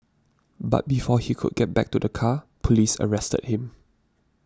but before he could get back to the car police arrested him